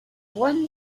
won